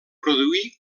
produir